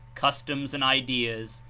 customs and ideas,